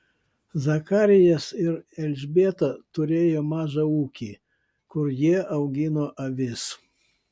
zakarijas ir elžbieta turėjo mažą ūkį kur jie augino avis